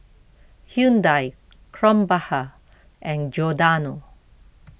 Hyundai Krombacher and Giordano